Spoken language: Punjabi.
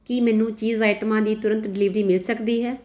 ਕੀ ਮੈਨੂੰ ਚੀਜ਼ ਆਈਟਮਾਂ ਦੀ ਤੁਰੰਤ ਡਿਲੀਵਰੀ ਮਿਲ ਸਕਦੀ ਹੈ